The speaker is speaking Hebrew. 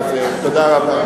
תודה רבה.